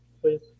please